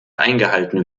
eingehalten